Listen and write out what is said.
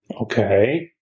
Okay